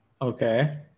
okay